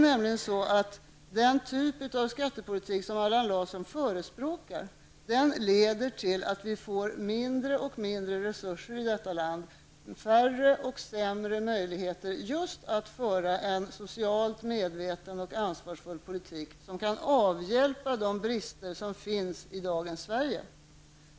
Den typen av skattepolitik som Allan Larsson förspråkar leder till att vi få mindre och mindre resurser i detta land och färre och sämre möjligheter just att föra en socialt medveten och ansvarsfull politik som kan avhjälpa de brister som finns i dagens Sverige.